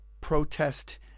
protest